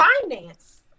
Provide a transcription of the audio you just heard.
finance